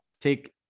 take